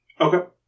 Okay